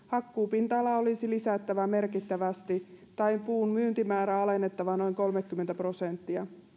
hakkuupinta alaa olisi lisättävä merkittävästi tai puun myyntimäärää alennettava noin kolmekymmentä prosenttia